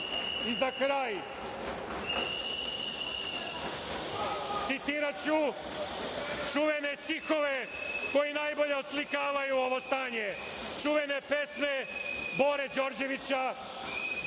kraj, citiraću čuvene stihove koji najbolje oslikavaju ovo stanje, čuvene pesme Bore Đorđevića